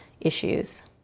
issues